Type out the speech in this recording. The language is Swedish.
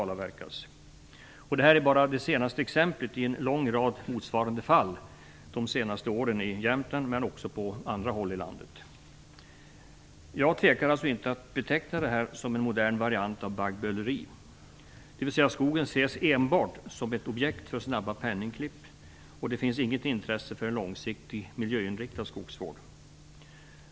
Detta är bara det senaste exemplet i en lång rad motsvarande fall de senaste åren i Jämtland, och det förekommer även på andra håll i landet. Jag tvekar inte att beteckna det som en modern variant av baggböleri, dvs. skogen ses enbart som ett objekt för snabba penningklipp. Det finns inget intresse för en långsiktig miljöinriktad skogsvård.